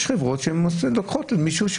יש חברות שלוקחות מישהו.